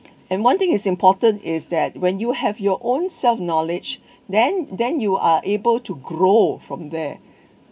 and one thing is important is that when you have your own self knowledge then then you are able to grow from there